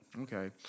Okay